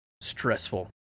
stressful